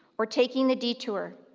or taking the detour.